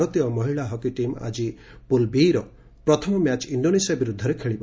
ଭାରତୀୟ ମହିଳା hockey team ଆଜି ପୁଲ୍ ବି ର ପ୍ରଥମ ମ୍ୟାଚ୍ ଇଣ୍ଡୋନେସିଆ ବିରୁଦ୍ଧରେ ଖେଳିବ